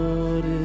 Lord